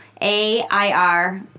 A-I-R